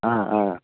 ஆ ஆ